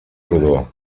rodó